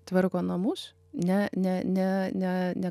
tvarko namus ne ne ne ne ne